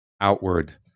outward